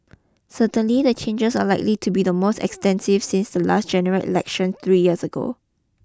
certainly the changes are likely to be the most extensive since the last general election three years ago